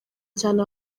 cyane